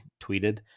tweeted